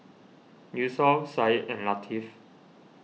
Yusuf Said and Latif